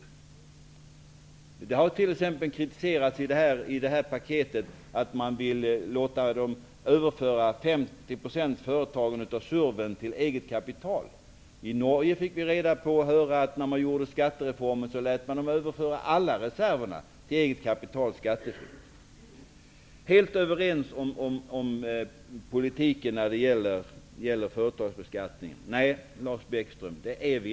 I det här paketet har det t.ex. riktats kritik mot att företagen skall få överföra 50 % av surven till eget kapital. När man genomförde skattereformen i Norge lät man företagen skattefritt överföra alla reserver till eget kapital. Nej, Lars Bäckström, vi är inte helt överens om politiken när det gäller företagsbeskattningen.